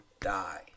die